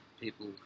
people